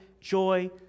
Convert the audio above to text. joy